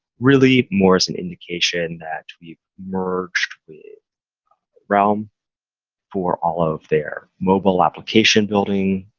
really more as an indication that we've merged with realm for all of their mobile application building,